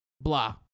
blah